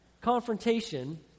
confrontation